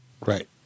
Right